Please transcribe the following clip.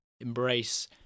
embrace